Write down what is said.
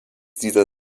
dieser